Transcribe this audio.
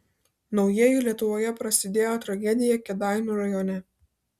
naujieji lietuvoje prasidėjo tragedija kėdainių rajone